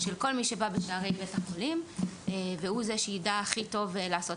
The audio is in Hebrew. של כל מי שבא בשערי בית החולים והוא זה שיידע הכי טוב לעשות